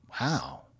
Wow